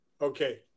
Okay